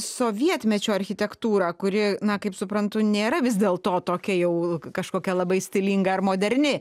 sovietmečio architektūrą kuri na kaip suprantu nėra vis dėlto tokia jau kažkokia labai stilinga ar moderni